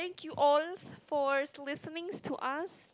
thank you alls fors listenings to us